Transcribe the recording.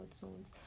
zones